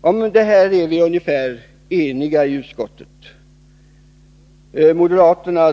Om barnfamiljernas besvärliga ekonomiska situation är vi i stort sett eniga i utskottet. Moderaterna